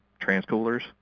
trans-coolers